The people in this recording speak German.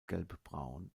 gelbbraun